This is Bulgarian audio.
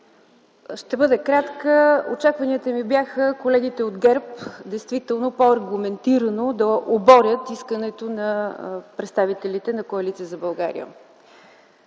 Ще бъда кратка. Очакванията ми бяха колегите от ГЕРБ действително по-аргументирано да оборят искането на представителите на Коалиция за България.